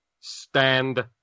stand